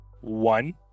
One